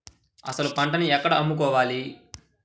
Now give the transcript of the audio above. అసలు పంటను ఎక్కడ అమ్ముకోవాలి?